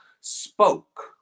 spoke